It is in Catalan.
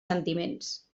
sentiments